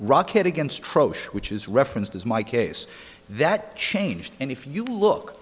rockhead against which is referenced as my case that changed and if you look